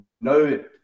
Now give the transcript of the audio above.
no